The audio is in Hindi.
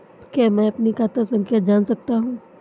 क्या मैं अपनी खाता संख्या जान सकता हूँ?